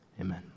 Amen